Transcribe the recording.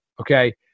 Okay